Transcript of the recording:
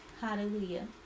Hallelujah